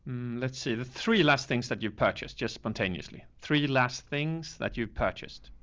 let's see. the three last things that you've purchased, just spontaneously. three last things that you've purchased.